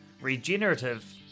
regenerative